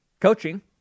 coaching